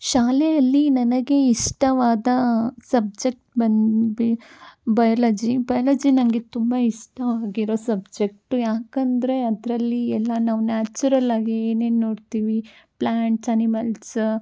ಶಾಲೆಯಲ್ಲಿ ನನಗೆ ಇಷ್ಟವಾದ ಸಬ್ಜೆಕ್ಟ್ ಬಂದ್ಬಿ ಬಯಲಜಿ ಬಯ್ಲಾಜಿ ನನಗೆ ತುಂಬ ಇಷ್ಟ ಆಗಿರೋ ಸಬ್ಜೆಕ್ಟು ಯಾಕಂದರೆ ಅದರಲ್ಲಿ ಎಲ್ಲ ನಾವು ನ್ಯಾಚುರಲ್ ಆಗಿ ಏನು ಏನು ನೋಡ್ತೀವಿ ಪ್ಲಾಂಟ್ಸ್ ಅನಿಮಲ್ಸ್